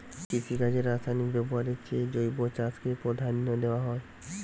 কৃষিকাজে রাসায়নিক ব্যবহারের চেয়ে জৈব চাষকে প্রাধান্য দেওয়া হয়